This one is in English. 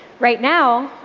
right now,